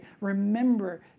remember